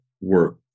work